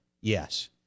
Yes